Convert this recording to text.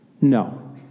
no